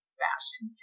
fashion